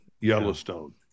Yellowstone